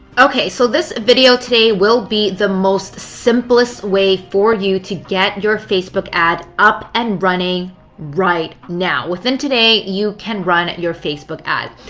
okay, so this video today will be the most simplest way for you to get your facebook ad up and running right now. within today, you can run your facebook ad.